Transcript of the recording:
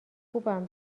خوبم